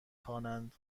خوانند